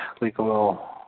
legal